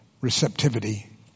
receptivity